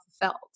fulfilled